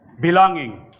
belonging